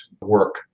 work